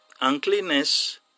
uncleanness